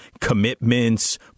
commitments